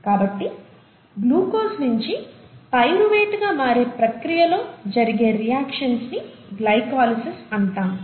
కాబట్టి గ్లూకోస్ నించి పైరువేట్ గా మారే ప్రక్రియలో జరిగే రియాక్షన్స్ ని గ్లైకోలిసిస్ అంటాము